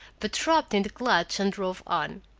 but dropped in the clutch, and drove on.